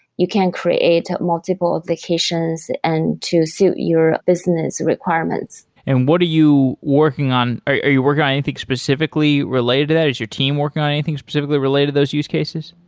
you can create multiple applications and to suit your business requirements and what are you working on are you working on anything specifically related to that? is your team working on anything specifically related to those use cases?